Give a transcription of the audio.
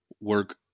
work